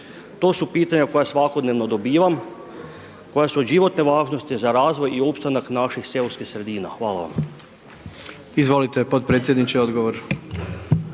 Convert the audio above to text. To su pitanja koja svakodnevno dobivam, koja su od životne važnosti, za razvoj i ostanak naših seoskih sredina. Hvala vam. **Jandroković, Gordan